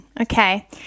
Okay